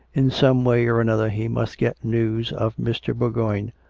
in some way or another he must get news of mr. bourgoign.